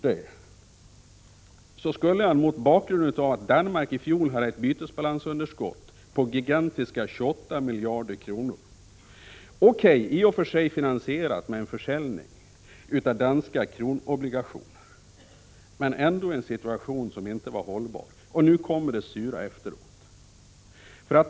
Danmark hade i fjol ett bytesbalansunderskott på gigantiska 28 miljarder. Det var i och för sig finansierat med försäljning av danska kronobligationer, men situationen var ändå inte hållbar. Nu kommer det sura efteråt.